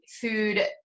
food